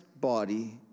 body